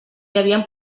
havien